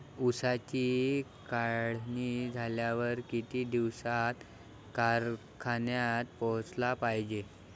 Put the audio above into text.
ऊसाची काढणी झाल्यावर किती दिवसात कारखान्यात पोहोचला पायजे?